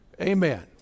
Amen